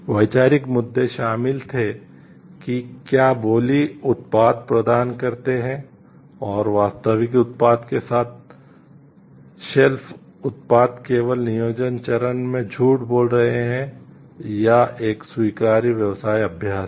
वैचारिक मुद्दे शामिल थे कि क्या बोली उत्पाद प्रदान करते हैं और वास्तविक उत्पाद के साथ शेल्फ उत्पाद केवल नियोजन चरण में झूठ बोल रहे हैं या एक स्वीकार्य व्यवसाय अभ्यास है